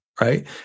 right